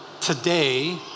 today